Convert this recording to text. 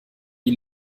wie